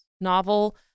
novel